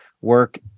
work